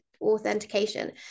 authentication